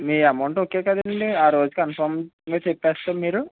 మీ amount okay కదండీ ఆ రోజు కన్ఫర్మ్గా చెప్పేస్తే మీరు